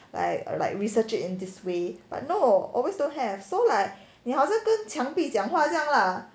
like like research it in this way but no always don't have so like 你好像跟墙壁讲话这样 lah